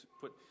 put